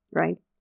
Right